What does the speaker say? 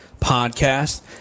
Podcast